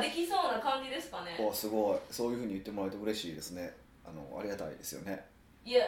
できそうな感じですかね。お、すごい。そういうふうに言ってもらえて嬉しいですね。あの、ありがたいですよね。いや、